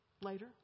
later